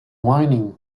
whinnying